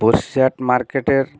বসিরহাট মার্কেটের